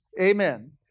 Amen